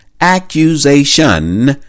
accusation